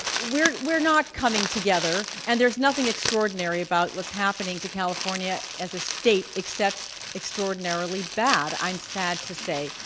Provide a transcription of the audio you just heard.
but we're we're not coming together, and there's nothing extraordinary about what's happening to california as a state except extraordinarily bad, i'm sad to say.